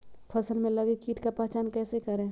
फ़सल में लगे किट का पहचान कैसे करे?